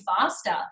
faster